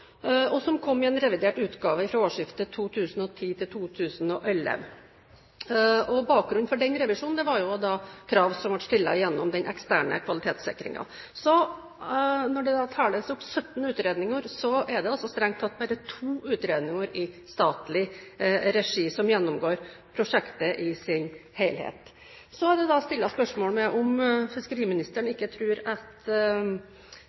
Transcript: som kom i en revidert utgave fra årsskiftet 2010/2011. Bakgrunnen for den revisjonen var krav som ble stilt gjennom den eksterne kvalitetssikringen. Så når det da telles opp 17 utredninger, er det strengt tatt bare to utredninger i statlig regi som gjennomgår prosjektet i sin helhet. Så er det stilt spørsmål om fiskeriministeren ikke tror at båtfarerne treffer dette hullet. Det er overhodet ikke et spørsmål om fiskeri- og kystministerens kunnskap om